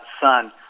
Son